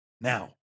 Now